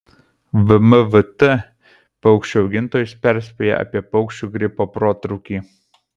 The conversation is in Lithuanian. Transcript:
vmvt paukščių augintojus perspėja apie paukščių gripo protrūkį